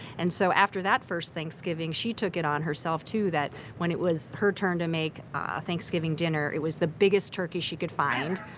and so after that first thanksgiving she took it on herself too, that when it was her turn to make ah thanksgiving dinner, it was the biggest turkey she could find,